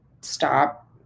stop